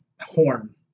horn